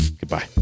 Goodbye